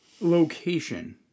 location